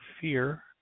fear